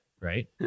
Right